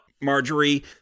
Marjorie